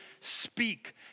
speak